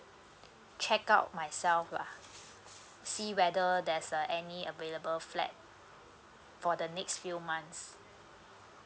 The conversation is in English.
check out myself lah see whether there's uh any available flat for the next few months